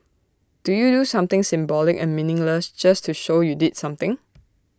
do you do something symbolic and meaningless just to show you did something